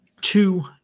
two